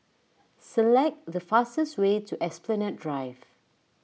select the fastest way to Esplanade Drive